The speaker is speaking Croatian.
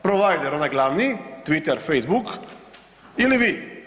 Provider, onaj glavni, Twitter, Facebook ili vi?